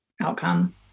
outcome